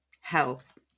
health